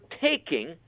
taking